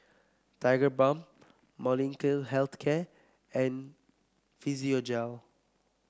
Tigerbalm Molnylcke Health Care and Physiogel